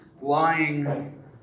lying